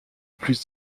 plus